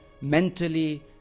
mentally